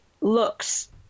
looks